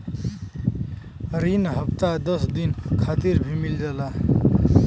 रिन हफ्ता दस दिन खातिर भी मिल जाला